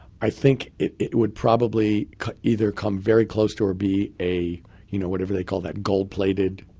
i think it would probably either come very close to or be a you know whatever they call that, gold-plated